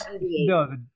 No